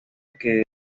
que